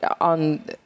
on